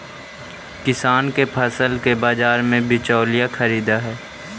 किसान के फसल के बाजार में बिचौलिया खरीदऽ हइ